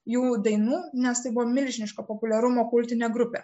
jų dainų nes tai buvo milžiniško populiarumo kultinė grupė